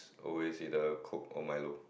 always either Coke or Milo